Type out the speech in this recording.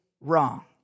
wrong